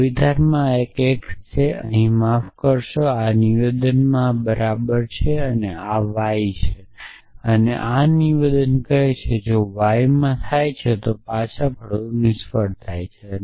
આ વિધાનમાં આ x અહીં માફ કરશો આ આ નિવેદનમાં આ બરાબર છે અને આ y છે અને આ નિવેદનમાં કહે છે કે જો વાય માં થાય છે તો પાછા ફરવું નિષ્ફળ જાય છે